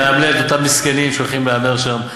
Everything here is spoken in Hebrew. מאמלל את אותם מסכנים שהולכים להמר שם.